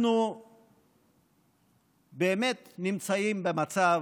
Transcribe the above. אנחנו באמת נמצאים במצב